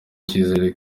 icyizere